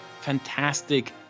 fantastic